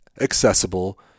accessible